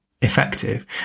effective